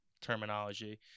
terminology